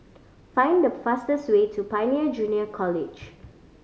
find the fastest way to Pioneer Junior College